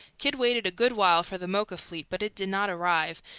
kidd waited a good while for the mocha fleet, but it did not arrive,